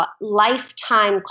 lifetime